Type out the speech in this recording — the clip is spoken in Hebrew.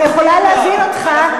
אני יכולה להבין אותך,